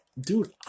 dude